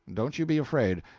don't you be afraid,